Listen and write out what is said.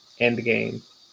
Endgame